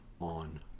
on